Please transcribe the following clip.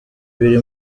biri